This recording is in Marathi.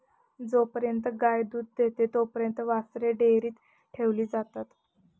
जोपर्यंत गाय दूध देते तोपर्यंत वासरे डेअरीत ठेवली जातात